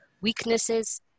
weaknesses